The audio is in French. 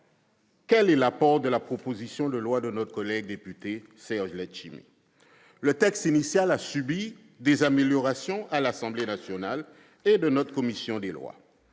quel est l'apport de la proposition de loi de notre collègue député Serge Letchimy ? Le texte initial a connu des améliorations tant à l'Assemblée nationale qu'au sein de notre commission des lois.